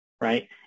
right